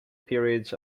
periods